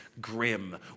grim